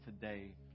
today